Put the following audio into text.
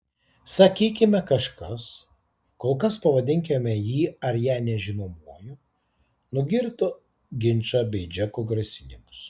sakykime kažkas kol kas pavadinkime jį ar ją nežinomuoju nugirdo ginčą bei džeko grasinimus